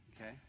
okay